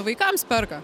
vaikams perka